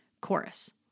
chorus